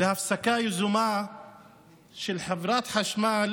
להפסקה יזומה של חברת חשמל